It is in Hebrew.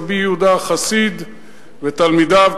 רבי יהודה החסיד ותלמידיו,